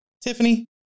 Tiffany